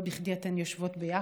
לא בכדי אתן יושבות ביחד,